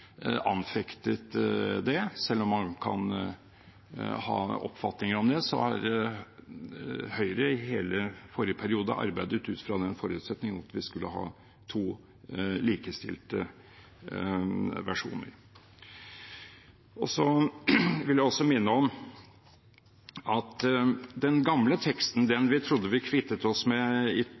anfektet det. Selv om man kan ha oppfatninger om det, har Høyre i hele forrige periode arbeidet ut fra den forutsetning at vi skulle ha to likestilte versjoner. Så vil jeg også minne om at den gamle teksten, den vi trodde vi kvittet oss med i